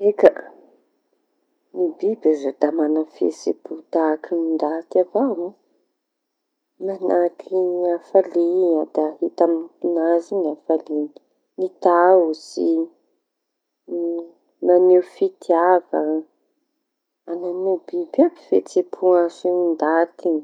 Eka, ny biby aza de maña fihetsem-po tahaka ny ndaty avao. Manahaky hafalia da hita amin'azy iñy ny hafalia, tahotsy. mañeho fitiava añaña biby aby fihetsem-po aseho ndaty.